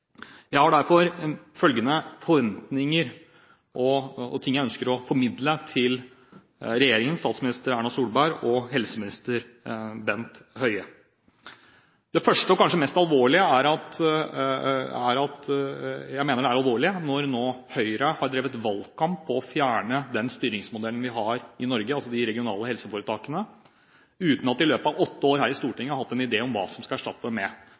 Jeg har derfor følgende forventninger og ting jeg ønsker å formidle til regjeringen, statsminister Erna Solberg og helseminister Bent Høie: Det første er at jeg mener det er alvorlig når Høyre nå har drevet valgkamp på å fjerne den styringsmodellen vi har i Norge, de regionale helseforetakene, uten at de i løpet av åtte år her i Stortinget har hatt en idé om hva de skal erstatte dem med.